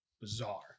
bizarre